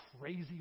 crazy